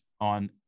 on